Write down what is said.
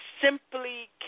simply